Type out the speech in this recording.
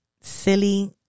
silly